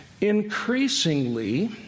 increasingly